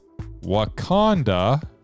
Wakanda